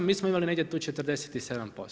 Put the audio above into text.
Mi smo imali negdje tu 47%